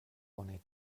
oni